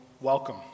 welcome